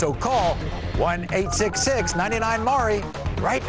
so call one eight six six ninety nine mari right